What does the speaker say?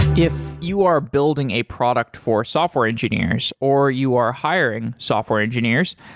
if you are building a product for software engineers or you are hiring software engineers,